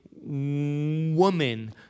woman